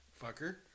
fucker